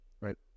right